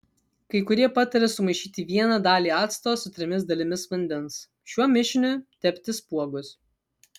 kai kurie pataria sumaišyti vieną dalį acto su trimis dalimis vandens šiuo mišiniu tepti spuogus